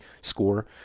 score